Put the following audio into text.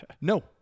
No